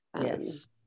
Yes